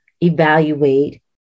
evaluate